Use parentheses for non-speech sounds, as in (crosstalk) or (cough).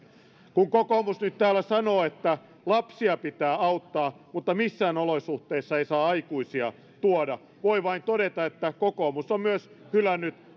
kun kokoomus nyt täällä sanoo että lapsia pitää auttaa mutta missään olosuhteissa ei saa aikuisia tuoda voi vain todeta että kokoomus on myös hylännyt (unintelligible)